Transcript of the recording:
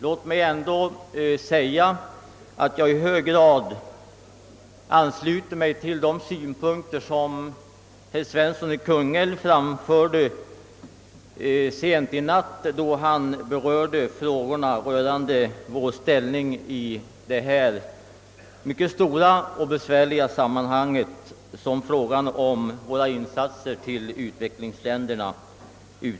Låt mig ändå få säga att jag helt ansluter mig till de synpunkter som herr Svensson i Kungälv framförde sent i går kväll, då han talade om de mycket besvärliga problem som sammanhänger med våra insatser för utvecklingsländerna.